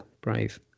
Brave